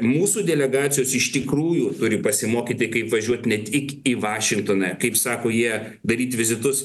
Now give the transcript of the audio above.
mūsų delegacijos iš tikrųjų turi pasimokyti kaip važiuot ne tik į vašingtoną kaip sako jie daryt vizitus